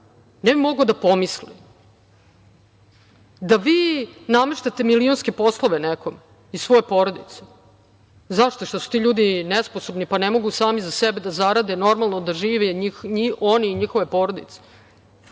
ne bi mogao da pomisli, da vi nameštate milionske poslove nekome iz svoje porodice. Zašto? Zato što su ljudi nesposobni pa ne mogu sami za sebe da zarade normalno da žive oni i njihove porodice?